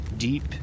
Deep